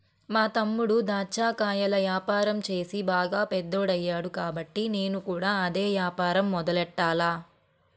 మా తమ్ముడు దాచ్చా కాయల యాపారం చేసి బాగా పెద్దోడయ్యాడు కాబట్టి నేను కూడా అదే యాపారం మొదలెట్టాల